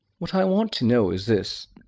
what i want to know is this.